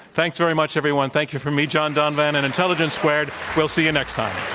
thanks very much, everyone. thank you from me, john donvan, and intelligence squared. we'll see you next time.